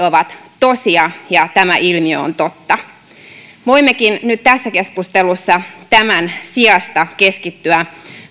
ovat tosia ja tämä ilmiö on totta voimmekin nyt tässä keskustelussa tämän sijasta keskittyä